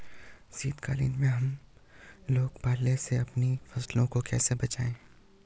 शीतकालीन में हम लोग पाले से अपनी फसलों को कैसे बचाएं?